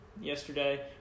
yesterday